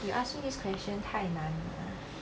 you ask me this question 太难了